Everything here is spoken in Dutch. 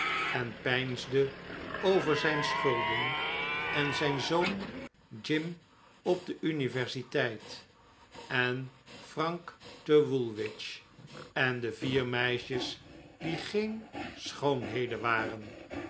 en peinsde over zijn schulden en zijn zoon jim op de universiteit en frank te woolwich en de vier meisjes die geen schoonheden waren